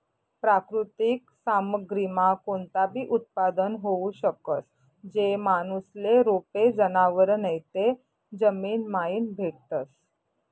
प्राकृतिक सामग्रीमा कोणताबी उत्पादन होऊ शकस, जे माणूसले रोपे, जनावरं नैते जमीनमाईन भेटतस